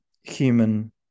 Human